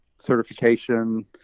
certification